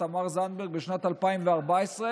תמר זנדברג בשנת 2014,